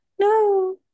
no